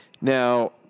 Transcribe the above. Now